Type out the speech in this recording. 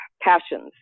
passions